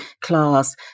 class